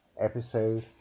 episode